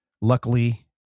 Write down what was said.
luckily